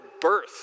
birth